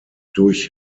durch